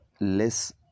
less